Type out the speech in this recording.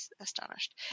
astonished